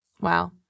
Wow